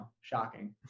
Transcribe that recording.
shocking